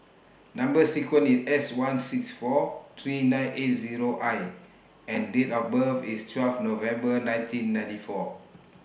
Number sequence IS S one six four three nine eight Zero I and Date of birth IS twelve November nineteen ninety four